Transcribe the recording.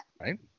Right